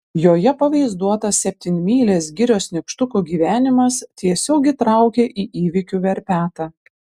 joje pavaizduotas septynmylės girios nykštukų gyvenimas tiesiog įtraukė į įvykių verpetą